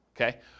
okay